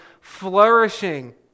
flourishing